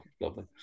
lovely